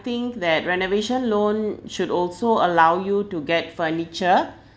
think that renovation loan should also allow you to get furniture